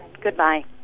Goodbye